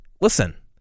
listen